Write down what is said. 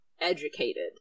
educated